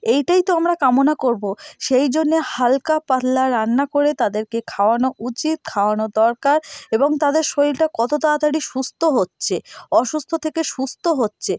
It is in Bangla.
এইটাই তো আমরা কামনা করবো সেই জন্যে হালকা পাতলা রান্না করে তাদেরকে খাওয়ানো উচিত খাওয়ানো দরকার এবং তাদের শরীরটা কত তাড়াতাড়ি সুস্থ হচ্ছে অসুস্থ থেকে সুস্থ হচ্ছে